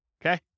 Okay